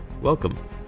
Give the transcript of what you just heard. welcome